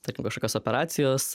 tarkim kažkokios operacijos